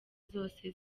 zose